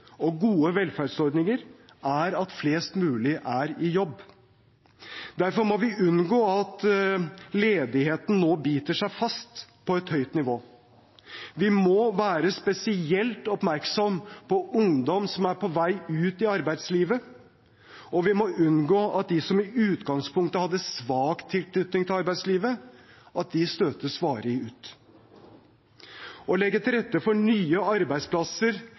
og gode velferdsordninger er at flest mulig er i jobb. Derfor må vi unngå at ledigheten nå biter seg fast på et høyt nivå. Vi må være spesielt oppmerksom på ungdom som er på vei ut i arbeidslivet. Og vi må unngå at de som i utgangspunktet hadde svak tilknytning til arbeidslivet, støtes varig ut. Å legge til rette for nye arbeidsplasser